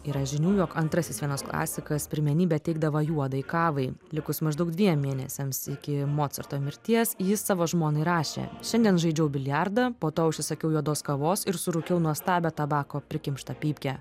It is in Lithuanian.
yra žinių jog antrasis vienas klasikas pirmenybę teikdavo juodai kavai likus maždaug dviem mėnesiams iki mocarto mirties jis savo žmonai rašė šiandien žaidžiau biliardą po to užsisakiau juodos kavos ir surūkiau nuostabią tabako prikimštą pypkę